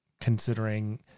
considering